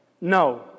no